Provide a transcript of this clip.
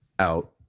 out